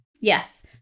Yes